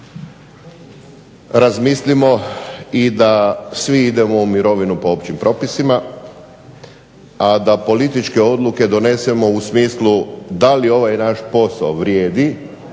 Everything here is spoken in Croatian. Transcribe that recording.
razmislimo i da svi idemo u mirovinu po općim propisima, a da političke odluke donesemo u smislu da li ovaj naš posao vrijedi